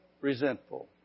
resentful